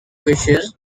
wishes